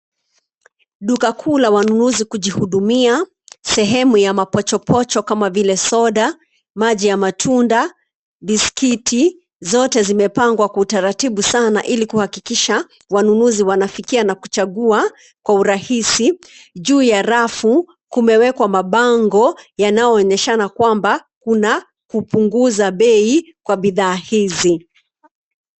Duka kuu la wanunuzi kujihudumia sehemu ya mapochopocho kama vile soda, maji ya matunda, biskti zote zimepangwa kwa utaratibu sana ili kuhakikisha wananuzi wanafikia na kuchagua kwa urahisi. Juu ya rafu kumewekwa mabango yanayoonyeshana kwamba kuna kupunguza bei kwa bidhaa hizi.